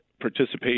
participation